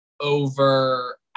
over